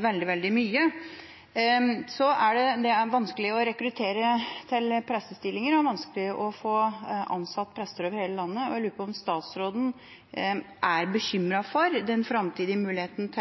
veldig, veldig mye. Det er vanskelig å rekruttere til prestestillinger og vanskelig å få ansatt prester over hele landet. Jeg lurer på om statsråden er bekymret for den framtidige muligheten